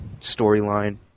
storyline